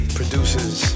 producers